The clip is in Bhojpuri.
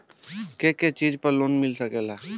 के के चीज पर लोन मिल सकेला?